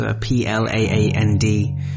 P-L-A-A-N-D